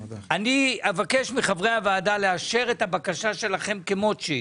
אני אבקש מחברי הוועדה לאשר את הבקשה שלכם כמות שהי,